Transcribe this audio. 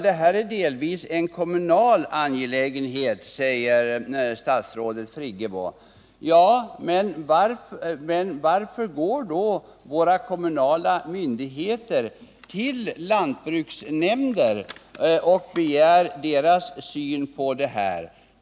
Detta är delvis en kommunal angelägenhet, säger statsrådet Friggebo. Varför går då våra kommunala myndigheter till lantbruksnämnderna och begär deras syn på saken?